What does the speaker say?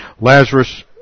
Lazarus